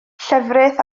llefrith